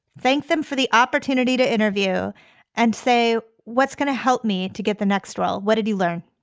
thank them for the opportunity to interview and say what's going to help me to get the next role. what did you learn?